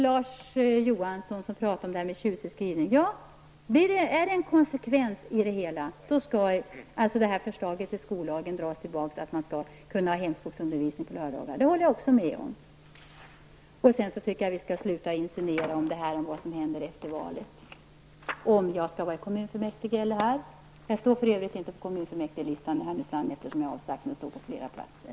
Larz Johansson talade om den tjusiga skrivningen. Är det konsekvent skall förslaget till skollag dras tillbaka, så att man kan ha hemspråksundervisning på lördagar. Det håller jag också med om. Sedan tycker jag att ni skall sluta insinuera om vad som händer efter valet och om huruvida jag skall sitta i kommunfullmäktige eller i riksdagen. Jag står för övrigt inte på kommunfullmäktigelisten i Härnösand eftersom jag har avsagt mig att stå på flera platser.